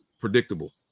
predictable